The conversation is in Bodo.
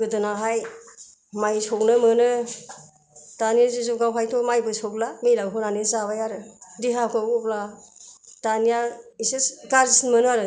गोदोनाहाय माइ सौनो मोनो दानि जुगावहायथ' माइबो सौला मिलाव होनानै जाबाय आरो देहाखौ अब्ला दानिया एसे गाज्रिसिन मोनो आरो